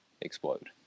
explode